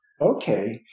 Okay